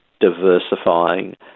diversifying